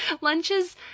lunches